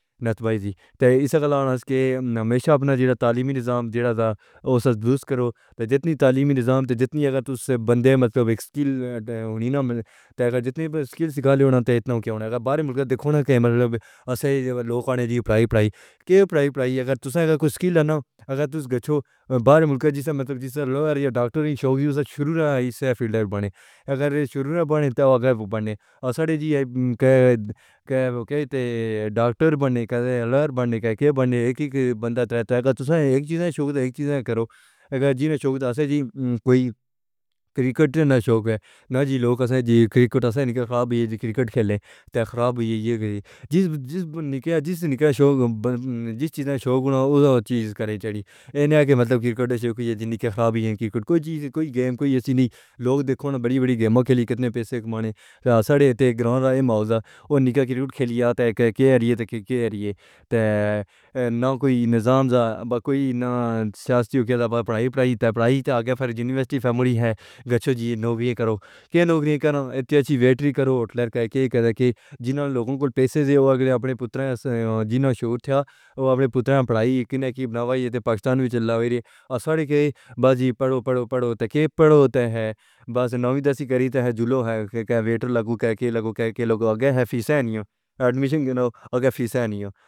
نعت بھائی جی اس کے ہمیشہ اپنا تعلیمی نظام جواز و سدحستہ کرو تا جتنی تعلیمی نظام تو جتنی اگر تس سے بندے مطلب ایک سکیل ہونی نہ ملے تاکہ جتنی بھی سکیل سیکھا لیوں نا تو اتنا ہی ہونا ہے کہ بارے ملک دیکھو نا کہ مطلب اسی جیسے لوگوں نے دی ہوئی پڑھائی پڑھائی کیوں پڑھائی پڑھائی اگر تساں کوئی سکیل نہ اگر تس گچھو بارے ملکہ جیسا مطلب جیسا لاڑیا ڈاکٹر نہیں شوقی اسے شروع نہیں آئی سے فیلڈ بنے اگر یہ شروع نہ بنے تو وہ اگے بنے اور ساڑے جی کہ کہ ڈاکٹر بنے کہ اللہ بننے کہ کے بنے ایک ایک بندہ رہتا ہے تساں ایک چیز نہ شوق ہے ایک چیز نہ کرو اگر جی نہ شوق ہے اسے جی کوئی کرکٹ نہ شوق ہے نا جی لوگ کہتے ہیں جی کرکٹ سے نکلے خواب ہے یہ کرکٹ کھیلیں تاکہ خواب ہے یہ کہہ کے جس سے نکلے جس سے نکلے شوق بن جس چیز کا شوق ہونا اُس اَ چیز کریے چھڑی ہے کہ مطلب کرکٹ سے نکلے جی نکلے خواب ہی ہے کرکٹ کوئی چیز کوئی گیم کوئی ایسی نہیں لوگ دیکھو نا بڑی بڑی گیم کھلی کتنے پیسے کمائیے تاکہ ساڑے تے گراؤنڈ راہ ماوزہ وہ نکلے کرکٹ کھلیا تا کہ کہے رہی ہے کہ کہہ رہی ہے تے نا کوئی نظام سا باکوئی نہ سیاسی ہوکہتا پڑھائی پڑھائی تا پڑھائی تا اگے یونیورسٹی فیملی ہے، گچھو جی نوکری کرو کے نوکری کرو اتے اچھی ویٹری کرو ہوٹلر کہہ کے جن لوگوں کو پیسے تھے وہ اپنے پتوں سے جیوں شوق تھا وہ اپنے پتوں نے پڑھائی بناوائی یہ تے پاکستان میں چلا وی ری ہے اور ساڑے کہتے ہیں بس جی پڑھو پڑھو پڑھو تے کے پڑھو تے ہے بس نویں دسویں کری تے جولو ہے کہ کہہ ویٹر لگو کہہ کے لگو کہہ کے لگو آگے فیساں نیو۔